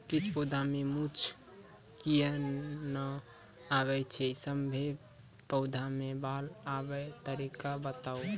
किछ पौधा मे मूँछ किये नै आबै छै, सभे पौधा मे बाल आबे तरीका बताऊ?